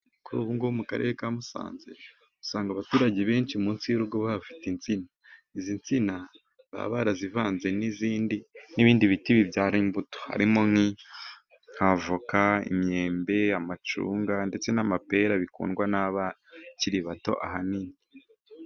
Kuri ubu ngubu mu karere ka Musanze, usanga abaturage benshi munsi y'urugo bahafite insina. Izi nsina baba barazivanze n'ibindi biti bibyara imbuto, harimo nk'avoka, imyembe, amacunga ndetse n'amapera, bikundwa n'abakiri bato ahanini.